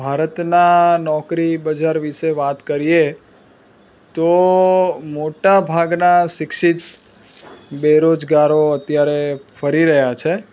ભારતનાં નોકરી બજાર વિશે વાત કરીએ તો મોટા ભાગના શિક્ષિત બેરોજગારો અત્યારે ફરી રહ્યા છે